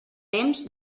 temps